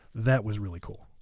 that was really cool.